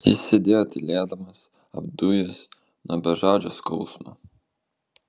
jis sėdėjo tylėdamas apdujęs nuo bežadžio skausmo